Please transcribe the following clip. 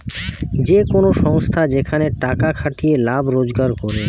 যে কোন সংস্থা যেখানে টাকার খাটিয়ে লাভ রোজগার করে